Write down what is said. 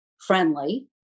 friendly